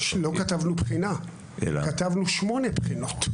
לא כתבנו בחינה, כתבנו שמונה בחינות.